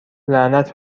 لعنت